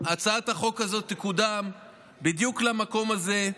הצעת החוק הזאת תקודם בדיוק למקום הזה,